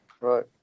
Right